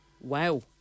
Wow